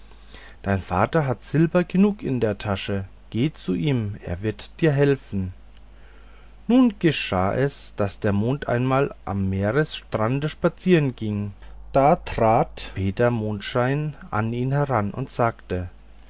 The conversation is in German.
dein vater hat silber genug in der tasche geh zu ihm er wird dir weiter helfen nun geschah es daß der mond einmal am meeresstrande spazieren ging da trat peter mondschein an ihn heran und sagte